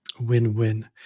win-win